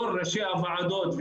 כל ראשי הוועדות,